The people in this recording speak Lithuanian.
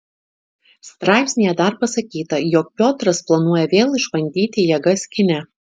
straipsnyje dar pasakyta jog piotras planuoja vėl išbandyti jėgas kine